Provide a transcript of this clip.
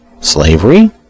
slavery